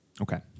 Okay